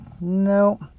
no